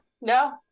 no